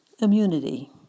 immunity